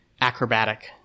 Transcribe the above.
acrobatic